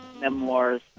memoirs